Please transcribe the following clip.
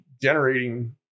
generating